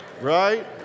Right